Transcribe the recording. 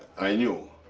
i knew,